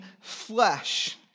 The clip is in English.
flesh